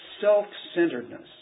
self-centeredness